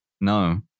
No